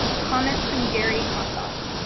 comment from gary kosoff.